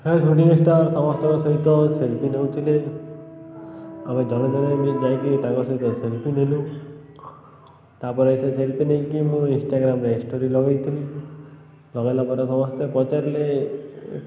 ହ shooting star ସମସ୍ତଙ୍କ ସହିତ ସେଲ୍ଫି ନେଉଥିଲେ ଆମେ ଜଣେ ଜଣେ ବି ଯାଇକିରି ତାଙ୍କ ସହିତ ସେଲ୍ଫି ନେଲୁ ତାପରେ ସେ ସେଲ୍ଫି ନେଇକି ମୁଁ ଇନଷ୍ଟାଗ୍ରାମରେେ ଷ୍ଟୋରି ଲଗେଇଥିଲି ଲଗେଇଲା ପରେ ସମସ୍ତେ ପଚାରିଲେ